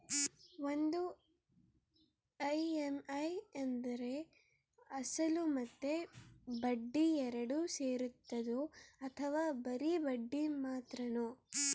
ಒಂದು ಇ.ಎಮ್.ಐ ಅಂದ್ರೆ ಅಸಲು ಮತ್ತೆ ಬಡ್ಡಿ ಎರಡು ಸೇರಿರ್ತದೋ ಅಥವಾ ಬರಿ ಬಡ್ಡಿ ಮಾತ್ರನೋ?